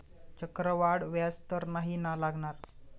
चक्रवाढ व्याज तर नाही ना लागणार?